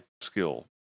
skill